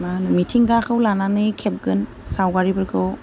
मा होनो मिथिंगाखौ लानानै खेबगोन सावगारिफोरखौ